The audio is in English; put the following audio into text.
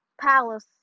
Palace